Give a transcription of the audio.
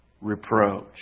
reproach